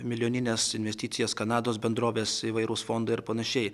milijonines investicijas kanados bendrovės įvairūs fondai ir panašiai